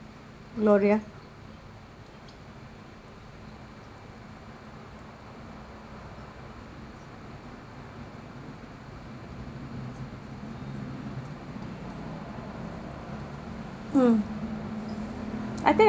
gloria mm I think